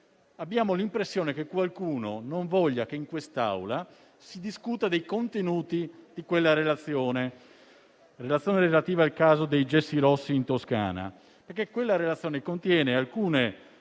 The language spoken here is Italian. abbiamo l'impressione che qualcuno non voglia che in quest'Aula si discuta dei contenuti di quella relazione, relativa al caso dei gessi rossi in Toscana, perché contiene alcune accuse